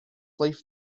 life